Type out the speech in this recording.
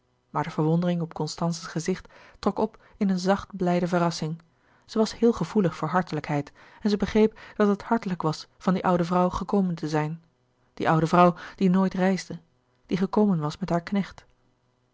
de verwondering op constance's gezicht trok op in een zacht blijde verrassing zij was heel gevoelig voor hartelijkheid en zij begreep dat het hartelijk was van die oude vrouw gekomen te zijn die oude vrouw die nooit reisde die gekomen was met haar knecht